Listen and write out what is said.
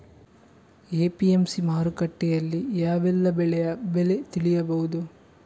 APMC ಮಾರುಕಟ್ಟೆಯಲ್ಲಿ ಯಾವೆಲ್ಲಾ ಬೆಳೆಯ ಬೆಲೆ ತಿಳಿಬಹುದು?